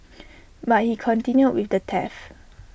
but he continued with the theft